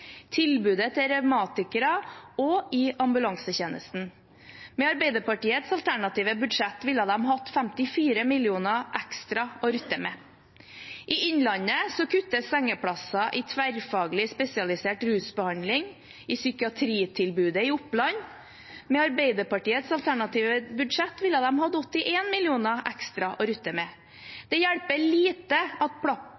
tilbudet til revmatikere og i ambulansetjenesten. Med Arbeiderpartiets alternative budsjett ville de hatt 54 mill. kr ekstra å rutte med. I Innlandet kuttes det sengeplasser i tverrfaglig spesialisert rusbehandling og i psykiatritilbudet i Oppland. Med Arbeiderpartiets alternative budsjett ville de hatt 81 mill. kr ekstra å rutte